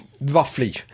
roughly